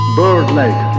bird-like